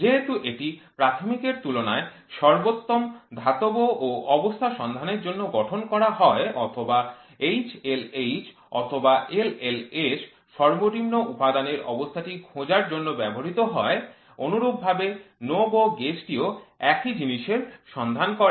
যেহেতু এটি প্রাথমিকের তুলনায় সর্বোত্তম ধাতব ও অবস্থা সন্ধানের জন্য গঠন করা হয় অথবা HLH বা LLS সর্বনিম্ন উপাদানের অবস্থাটি খোঁজার জন্য ব্যবহৃত হয় অনুরূপভাবে NO GO gauge টিও একই জিনিসের সন্ধান করে